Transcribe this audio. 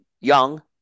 young